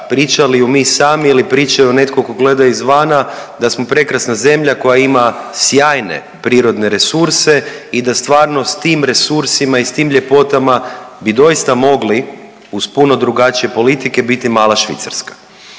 pričali ju mi sami ili pričaju netko tko gleda izvana da smo prekrasna zemlja koja ima sjajne prirodne resurse i da stvarno s tim resursima i s tim ljepotama bi doista mogli uz puno drugačije politike biti mala Švicarska.